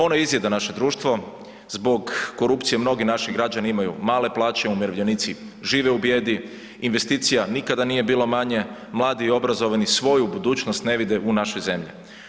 Ono izjeda naše društvo zbog korupcije mnogi naši građani imaju male plaće, umirovljenici žive u bijedi, investicija nikada nije bilo manje, mladi i obrazovni svoju budućnost ne vide u našoj zemlji.